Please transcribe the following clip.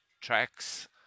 tracks